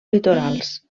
litorals